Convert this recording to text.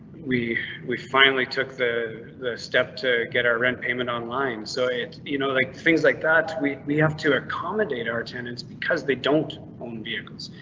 we we finally took the the step to get our rent payment online so it you know, like things like that we we have to accommodate our tenants because they don't own vehicles.